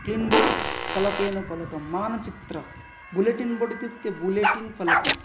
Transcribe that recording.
क्लिन्बोर्ड् फलकेन फलकं मानचित्रं बुलेटिन् बोर्ड् इत्युक्ते बुलेटिन् फलकम्